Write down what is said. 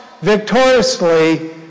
victoriously